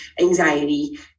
anxiety